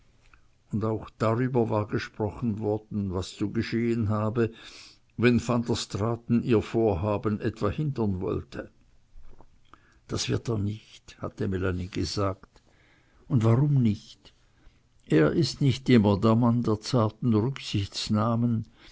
und auch darüber war gesprochen worden was zu geschehen habe wenn van der straaten ihr vorhaben etwa hindern wolle das wird er nicht hatte melanie gesagt und warum nicht er ist nicht immer der mann der zarten rücksichtnahmen